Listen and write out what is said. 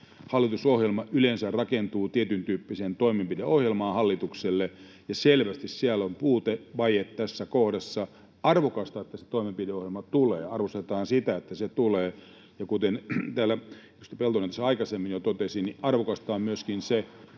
Hallitusohjelma yleensä rakentuu tietyntyyppiseen toimenpideohjelmaan hallitukselle, ja selvästi siellä on puute, vaje, tässä kohdassa. Arvokasta on, että se toimenpideohjelma tulee. Arvostetaan sitä, että se tulee. Kuten täällä edustaja Peltonen tuossa aikaisemmin jo totesi, arvokasta on myöskin se,